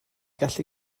gallu